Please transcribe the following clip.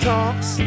Talks